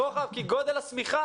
מה זה לא רציני?